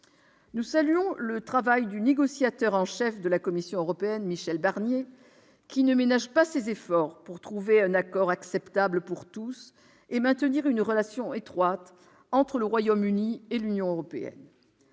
Nous saluons le travail du négociateur en chef de la Commission européenne, Michel Barnier, qui ne ménage pas ses efforts pour trouver un accord acceptable pour tous et maintenir une relation étroite entre le Royaume-Uni et l'Union européenne.